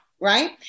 right